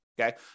Okay